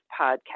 podcast